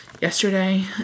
Yesterday